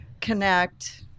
connect